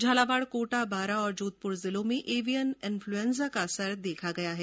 झालावाड़ कोटा बारां और जोघंपुर जिलों में एवियन इन्फ्लूएन्जा का असर देखा गया है